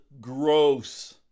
gross